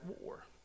war